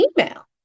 email